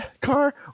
car